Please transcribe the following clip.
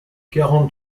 quarante